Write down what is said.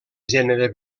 gènere